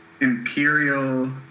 imperial